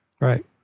Right